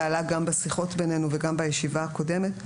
ועלה גם בשיחות בינינו וגם בישיבה הקודמת,